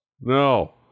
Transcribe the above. No